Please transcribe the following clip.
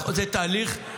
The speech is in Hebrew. זה תהליך.